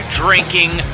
drinking